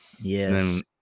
Yes